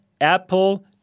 Apple